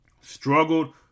struggled